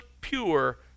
pure